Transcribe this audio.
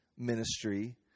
ministry